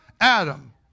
adam